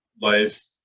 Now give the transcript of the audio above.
life